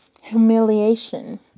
Humiliation